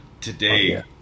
today